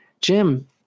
Jim